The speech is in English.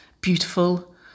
beautiful